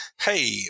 hey